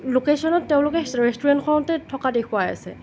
ল'কেচনত তেওঁলোকে ৰে ৰেষ্টুৰেণ্টখনতে থকা দেখুৱাই আছে